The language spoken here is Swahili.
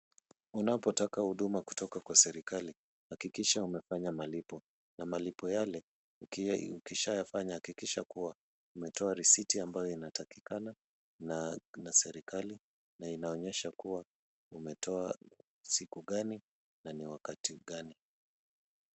Unapotaka huduma kutoka kwa serikali hakikisha umefanya malipo na malipo yale ukishayafanya hakikisha kuwa umetoa risiti ambayo inatakikana na serikali na inaonyesha kuwa umetoa siku gani na ni wakati gani.